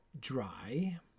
dry